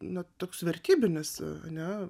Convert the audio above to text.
na toks vertybinis ane